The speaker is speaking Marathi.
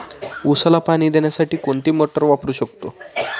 उसाला पाणी देण्यासाठी कोणती मोटार वापरू शकतो?